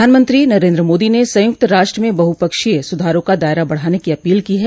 प्रधानमंत्री नरेन्द्र मोदी ने संयुक्त राष्ट्र में बहुपक्षीय सुधारों का दायरा बढ़ाने की अपील की है